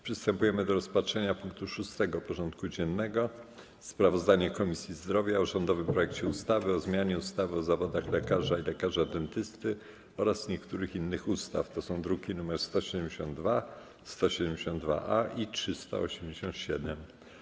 Przystępujemy do rozpatrzenia punktu 6. porządku dziennego: Sprawozdanie Komisji Zdrowia o rządowym projekcie ustawy o zmianie ustawy o zawodach lekarza i lekarza dentysty oraz niektórych innych ustaw (druki nr 172, 172-A i 387)